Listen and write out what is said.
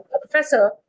professor